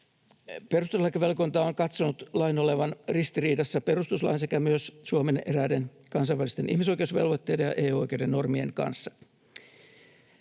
Perustuslakivaliokunta on katsonut lain olevan ristiriidassa perustuslain sekä myös Suomen eräiden kansainvälisten ihmisoikeusvelvoitteiden ja EU-oikeuden normien kanssa.